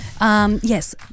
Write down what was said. Yes